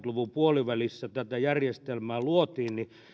luvun puolivälissä paikallisradioita tätä järjestelmää luotiin